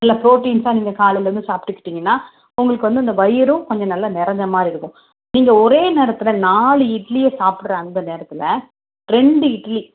நல்லா புரோடீன்ஸ்ஸாக நீங்கள் காலைலேருந்து சாப்பிட்டுக்கிட்டீங்கன்னா உங்களுக்கு வந்து இந்த வயிறும் கொஞ்சம் நல்லா நிறைஞ்ச மாதிரியிருக்கும் நீங்கள் ஒரே நேரத்தில் நாலு இட்லியை சாப்பிட்ற அந்த நேரத்தில் ரெண்டு இட்லி